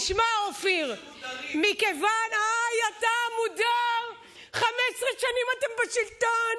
תשמע, אופיר, איי, אתה מודע, 15 שנים אתם בשלטון.